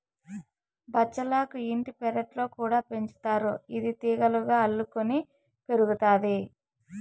బచ్చలాకు ఇంటి పెరట్లో కూడా పెంచుతారు, ఇది తీగలుగా అల్లుకొని పెరుగుతాది